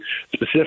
specific